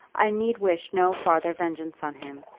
i need wish no farther vengeance on him,